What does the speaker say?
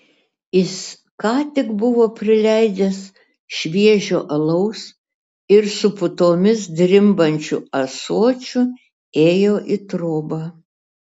jis ką tik buvo prileidęs šviežio alaus ir su putomis drimbančiu ąsočiu ėjo į trobą